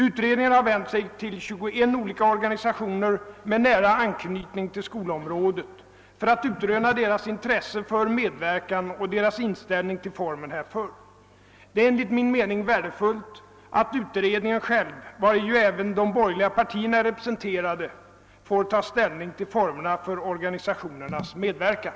Utredningen har vänt sig till 21 olika organisationer med nära anknytning till skolområdet för att utröna deras intresse för medverkan och deras inställning till formen härför. Det är enligt min mening värdefullt att utredningen själv — vari ju även de borgerliga partierna är representerade — får ta ställning till formerna för organisationernas medverkan.